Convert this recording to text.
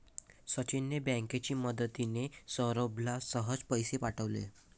सचिनने बँकेची मदतिने, सौरभला सहज पैसे पाठवले